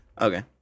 Okay